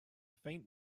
faint